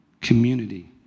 community